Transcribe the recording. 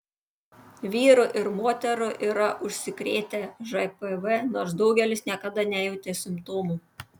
vyrų ir moterų yra užsikrėtę žpv nors daugelis niekada nejautė simptomų